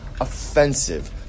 offensive